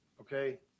okay